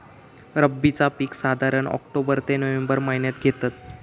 रब्बीचा पीक साधारण ऑक्टोबर ते नोव्हेंबर महिन्यात घेतत